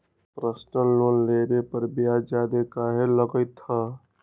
Personal loan लेबे पर ब्याज ज्यादा काहे लागईत है?